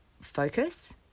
focus